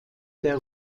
der